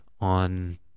on